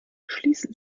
schließen